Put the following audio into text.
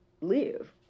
live